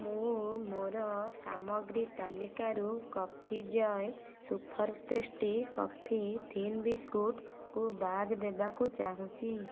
ମୁଁ ମୋର ସାମଗ୍ରୀ ତାଲିକାରୁ କଫି ଜୟ୍ ସୁପର୍ ଟେଷ୍ଟି କଫି ଥିନ୍ ବିସ୍କୁଟ୍କୁ ବାଦ୍ ଦେବାକୁ ଚାହୁଁଛି